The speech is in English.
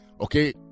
okay